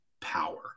power